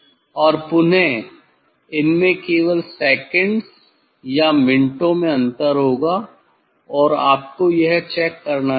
और पुनः इनमें केवल सेकण्ड्स या मिनटों में अंतर होगा आपको यह चेक करना चाहिए